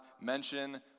mention